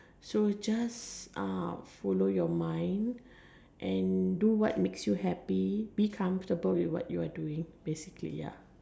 so just uh follow your mind and do what makes you happy be comfortable with what you are doing basically ya